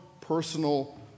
personal